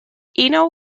eno